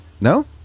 no